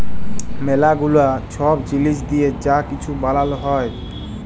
ম্যালা গুলা ছব জিলিস দিঁয়ে যা কিছু বালাল হ্যয়